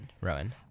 Rowan